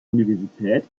universität